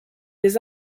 des